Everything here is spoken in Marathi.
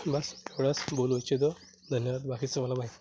बस एवढंच बोलू इच्छितो धन्यवाद बाकीच मला माही